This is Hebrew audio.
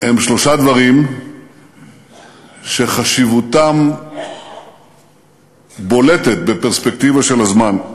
הוא שלושה דברים שחשיבותם בולטת בפרספקטיבה של הזמן: